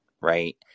Right